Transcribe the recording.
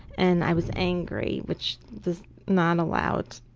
and i was angry, which was not allowed,